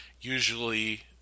usually